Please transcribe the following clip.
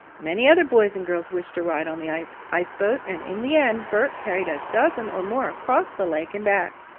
many other boys and girls wished a ride on the ice ice boat, and in the end bert carried a dozen or more across the lake and back.